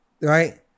right